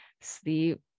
sleep